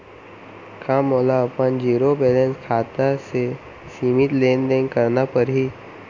का मोला अपन जीरो बैलेंस खाता से सीमित लेनदेन करना पड़हि?